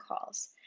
calls